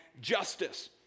justice